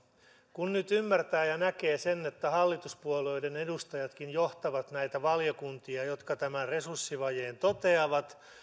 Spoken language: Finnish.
kun nyt ymmärtää ja näkee sen että hallituspuolueiden edustajat johtavat näitä valiokuntiakin jotka tämän resurssivajeen toteavat